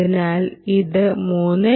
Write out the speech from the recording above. അതിനാൽ ഇത് 3